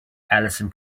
alison